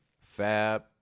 fab